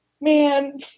man